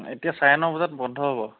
এতিয়া চাৰে ন বজাত বন্ধ হ'ব